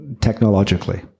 technologically